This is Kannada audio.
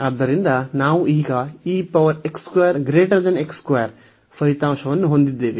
ಆದ್ದರಿಂದ ನಾವು ಈಗ ಫಲಿತಾಂಶವನ್ನು ಹೊಂದಿದ್ದೇವೆ